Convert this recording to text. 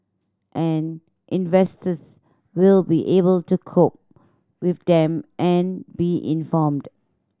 and investors will be able to cope with them and be informed